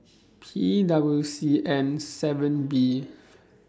P W C N seven B